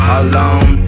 alone